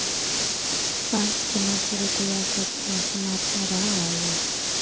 बांस के नर्सरी तैयार करे के मौसम मार्च में रहऽ हई